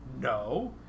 No